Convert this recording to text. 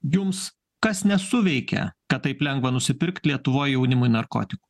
jums kas nesuveikia kad taip lengva nusipirkt lietuvoj jaunimui narkoti